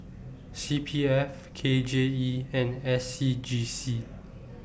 C P F K J E and S C G C